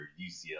UCLA